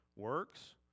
Works